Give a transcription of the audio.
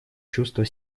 чувство